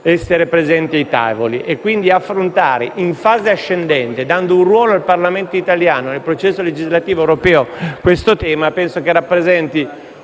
essere presenti ai tavoli, e quindi affrontare questo tema in fase ascendente, dando un ruolo al Parlamento italiano nel processo legislativo europeo. Penso che ciò rappresenti